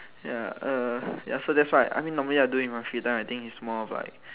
ya err ya so that's why I mean normally I do in my free time I think it's more of like